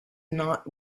not